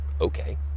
okay